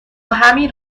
همین